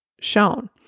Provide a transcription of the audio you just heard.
shown